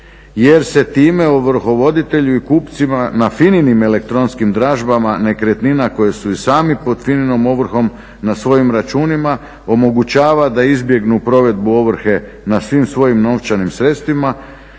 jer se time ovrhovoditelju i kupcima na FINA-inim elektronskim dražbama nekretnina koje su i sami pod FINA-inom ovrhom na svojim računima omogućava da izbjegnu provedbu ovrhe na svim svojim sredstvima